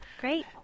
Great